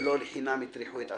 ולא לחינם הטריחו את עצמם.